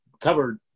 covered